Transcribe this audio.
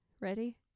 Ready